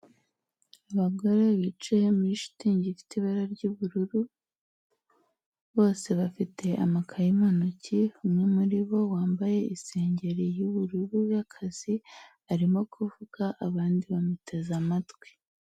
Abagore bicaye muri shitingi ifite ibara ry'ubururu, bose bafite amakayi mu ntoki, umwe muri bo wambaye isengeri y'ubururu y'akazi arimo kuvuga, abandi bamuteze amatwi.